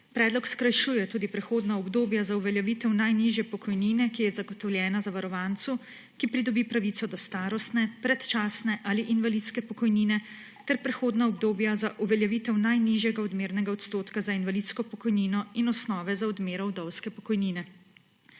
Predlog skrajšuje tudi prehodna obdobja za uveljavitev najnižje pokojnine, ki je zagotovljena zavarovancu, ki pridobi pravico do starostne, predčasne ali invalidske pokojnine, ter prehodna obdobja za uveljavitev najnižjega odmernega odstotka za invalidsko pokojnino in osnove za odmero vdovske pokojnine.